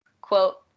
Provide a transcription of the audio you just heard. Quote